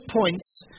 points